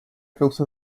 causa